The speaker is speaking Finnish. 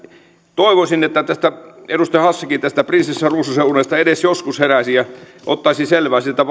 toivoisin että edustaja hassikin tästä prinsessa ruususen unesta edes joskus heräisi ja ottaisi selvää siitä